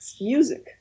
music